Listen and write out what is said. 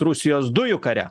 rusijos dujų kare